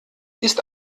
ist